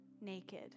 naked